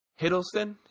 Hiddleston